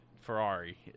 Ferrari